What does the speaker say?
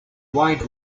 wide